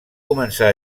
començar